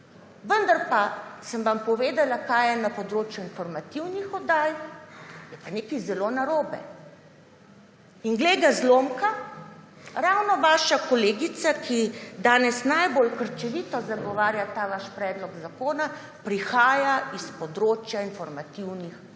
Vendar pa sem vam povedala, da na področju informativnih oddaj je pa nekaj zelo narobe. Glej ga zlomka, ravno vaša kolegica, ki danes najbolj krčevito zagovarja ta vaš predlog zakona, prihaja s področja informativnih oddaj.